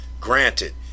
Granted